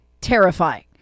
terrifying